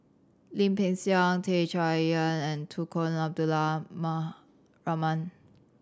Lim Peng Siang Tan Chay Yan and Tunku Abdul Rahman